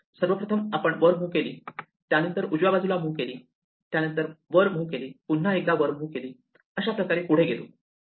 सर्वप्रथम आपण वर मुव्ह केली त्यानंतर उजव्या बाजूला मुव्ह केली त्यानंतर वर मुव्ह केली पुन्हा एकदा वर मुव्ह केली अशाप्रकारे पुढे गेलो